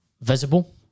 visible